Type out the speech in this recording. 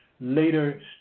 later